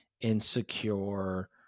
insecure